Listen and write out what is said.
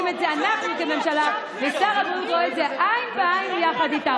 אנחנו כממשלה ושר הבריאות רואים את זה עין בעין איתך.